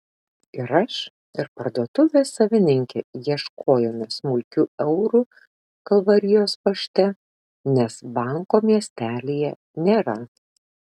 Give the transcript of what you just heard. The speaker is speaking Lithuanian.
ir aš ir parduotuvės savininkė ieškojome smulkių eurų kalvarijos pašte nes banko miestelyje nėra